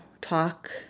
talk